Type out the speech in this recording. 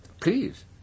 Please